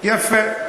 יפה.